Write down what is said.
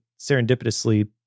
serendipitously